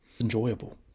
enjoyable